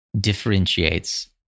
differentiates